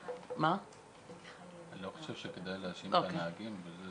אני לא חושב שכדאי להאשים את הנהגים בזה שהם